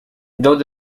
though